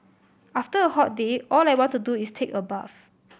after a hot day all I want to do is take a bath